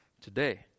today